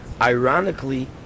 ironically